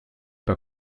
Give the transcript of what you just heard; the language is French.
pas